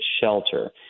shelter